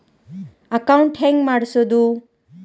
Account ಹೆಂಗ್ ಮಾಡ್ಸೋದು?